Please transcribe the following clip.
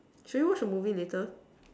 should we watch a movie later